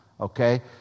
okay